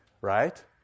right